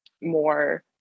more